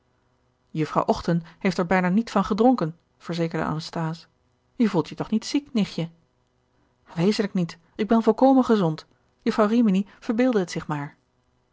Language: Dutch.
juffrouw ochten heeft er bijna niet van gedronken verzekerde anasthase je voelt je toch niet ziek nichtje wezenlijk niet ik ben volkomen gezond jufvrouw rimini verbeeldde het